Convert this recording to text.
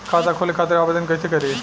खाता खोले खातिर आवेदन कइसे करी?